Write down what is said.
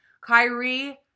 Kyrie